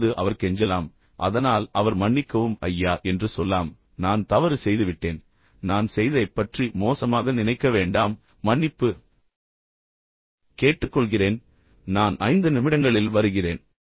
இப்போது அவர் கெஞ்சலாம் அதனால் அவர் மன்னிக்கவும் ஐயா என்று சொல்லலாம் நான் தவறு செய்துவிட்டேன் நான் செய்ததைப் பற்றி மோசமாக நினைக்க வேண்டாம் மன்னிப்பு கேட்டுக்கொள்கிறேன் நான் 5 நிமிடங்களில் வருகிறேன்